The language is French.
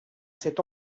cet